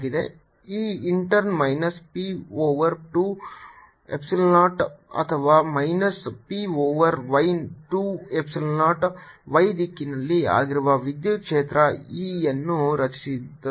ಈ ಇಂಟರ್ನ್ minus p over 2 epsilon 0 ಅಥವಾ minus p over y 2 epsilon 0 y ದಿಕ್ಕಿನಲ್ಲಿ ಆಗಿರುವ ವಿದ್ಯುತ್ ಕ್ಷೇತ್ರ E ಅನ್ನು ರಚಿಸುತ್ತದೆ